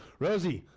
rosie,